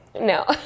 no